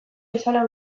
bezala